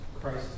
Christ